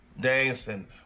dancing